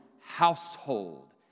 household